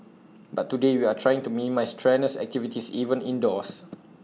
but today we are trying to minimise strenuous activities even indoors